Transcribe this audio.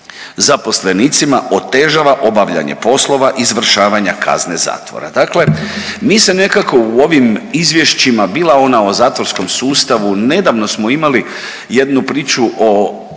zaposlenicima otežava obavljanje poslova izvršavanja kazne zatvora. Dakle, mi se nekako u ovim izvješćima bila ona o zatvorskom sustavu, nedavno smo imali jednu priču o